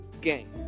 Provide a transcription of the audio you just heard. game